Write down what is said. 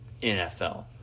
NFL